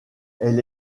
elle